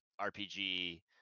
RPG